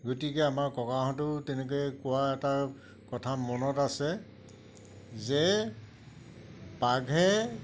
গতিকে আমাৰ ককাঁতেও তেনেকে কোৱা এটা কথা মনত আছে যে বাঘে